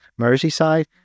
Merseyside